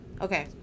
Okay